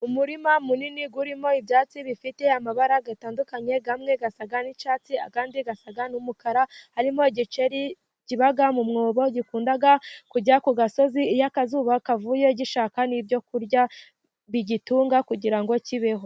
Umurima munini urimo ibyatsi bifite amabara atandukanye, bimwe bisa n'icyatsi, ibindi bisa n'umukara, harimo igikeri kiba mu mwobo gikunda kujya ku gasozi iyo akazuba kavuye, gishaka n'ibyo kurya bigitunga, kugira ngo kibeho.